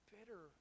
Bitter